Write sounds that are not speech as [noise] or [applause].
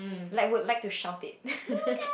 like would like to shout it [laughs]